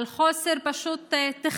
פשוט על חוסר תכנון,